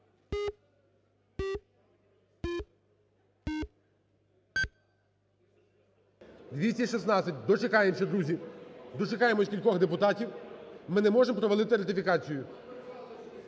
За-216 Дочекаємося, друзі. Дочекаємося кількох депутатів ми не можемо провалити ратифікацію.